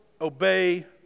obey